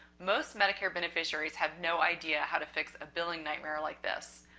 most medicare beneficiaries have no idea how to fix a billing nightmare like this.